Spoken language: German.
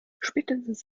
spätestens